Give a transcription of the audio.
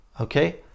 okay